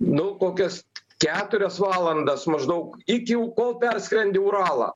nu kokias keturias valandas maždaug iki kol perskrendi uralą